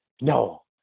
No